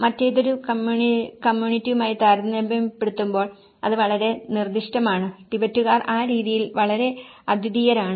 മറ്റേതൊരു കമ്മ്യൂണിറ്റിയുമായി താരതമ്യപ്പെടുത്തുമ്പോൾ അത് വളരെ നിർദ്ദിഷ്ടമാണ് ടിബറ്റുകാർ ആ രീതിയിൽ വളരെ അദ്വിതീയരാണ്